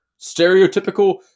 stereotypical